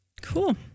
Cool